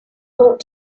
ought